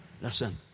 Listen